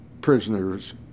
prisoners